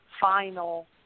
final